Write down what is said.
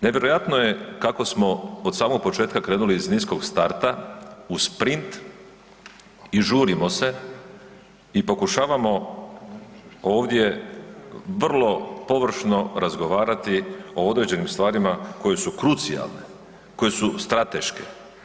Nevjerojatno je kako smo od samog početka krenuli iz niskog starta u sprint i žurimo se i pokušavamo ovdje vrlo površno razgovarati o određenim stvarima koje su krucijalne, koje su strateške.